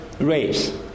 race